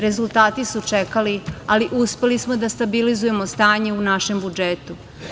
Rezultati su čekali, ali uspeli smo da stabilizujemo stanje u našem budžetu.